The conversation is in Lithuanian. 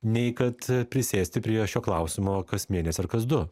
nei kad prisėsti prie šio klausimo kas mėnesį ar kas du